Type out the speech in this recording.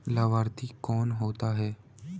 लाभार्थी कौन होता है?